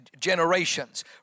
generations